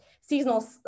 seasonal